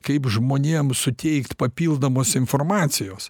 kaip žmonėm suteikt papildomos informacijos